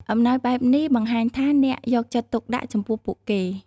អំណោយបែបនេះបង្ហាញថាអ្នកយកចិត្តទុកដាក់ចំពោះពួកគេ។